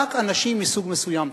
רק אנשים מסוג מסוים.